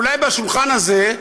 אולי בשולחן הזה,